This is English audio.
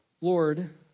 Lord